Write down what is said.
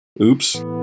Oops